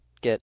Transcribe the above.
get